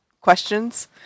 questions